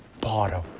bottom